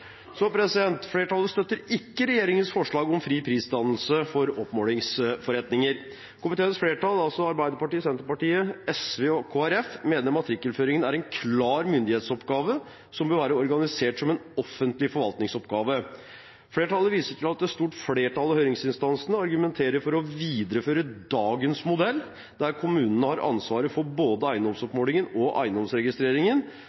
Flertallet støtter ikke regjeringens forslag om fri prisdannelse for oppmålingsforretninger. Komiteens flertall, altså Arbeiderpartiet, Senterpartiet, SV og Kristelig Folkeparti, mener matrikkelføringen er en klar myndighetsoppgave som bør være organisert som en offentlig forvaltningsoppgave. Flertallet viser til at et stort flertall av høringsinstansene argumenterer for å videreføre dages modell, der kommunene har ansvaret for både